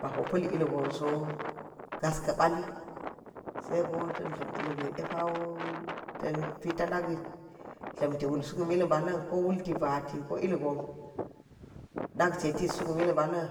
Ba po pa̱l ilgon so gas ka̱ ba̱ li, sai ko ta̱n dlam tam pito nak dlamti wul suk mil bala̱n ka wulti bati ko ilgon nak jetit suk mil mbalin